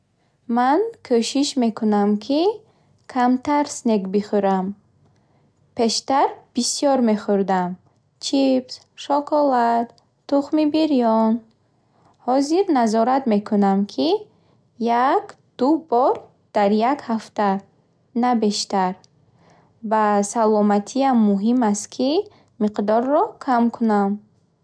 Ман кӯшиш мекунам, ки камтар снек бихӯрам. Пештар бисёр мехӯрдам, чипс, шоколад, тухми бирён. Ҳозир назорат мекунам, ки як-ду бор дар ҳафта, на бештар. Ба саломатиам муҳим аст, ки миқдорро кам кунам.